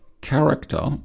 character